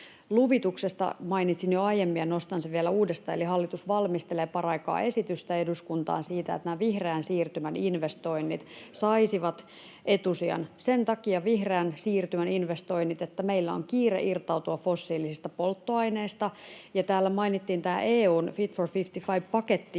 mainitsin jo aiemmin, ja nostan sen vielä uudestaan. Eli hallitus valmistelee paraikaa esitystä eduskuntaan siitä, että nämä vihreän siirtymän investoinnit saisivat etusijan. [Petri Huru: Miksi vain vihreän?] — Sen takia vihreän siirtymän investoinnit, että meillä on kiire irtautua fossiilisista polttoaineista. — Täällä mainittiin tämä EU:n Fit for 55 ‑paketti,